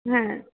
হ্যাঁ